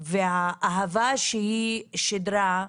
והאהבה שהיא שידרה,